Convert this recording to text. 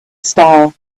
style